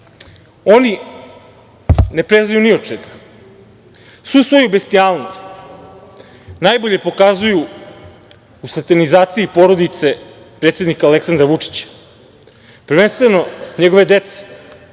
ne prezaju ni od čega. Svu svoju bestijalnost najbolje pokazuju u satanizaciji porodice predsednika Aleksandra Vučića, prvenstveno njegove dece,